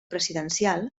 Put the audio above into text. presidencial